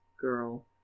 girl—